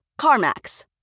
CarMax